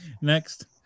Next